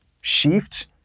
shift